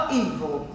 evil